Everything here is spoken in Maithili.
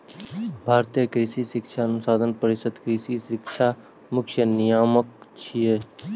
भारतीय कृषि शिक्षा अनुसंधान परिषद कृषि शिक्षाक मुख्य नियामक छियै